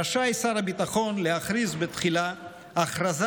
רשאי שר הביטחון להכריז תחילה "הכרזה